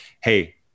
Hey